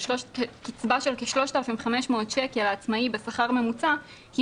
קצבה של 3,500 שקל עצמאי בשכר ממוצע היא